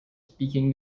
speaking